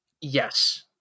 Yes